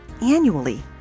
annually